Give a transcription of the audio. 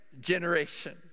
generation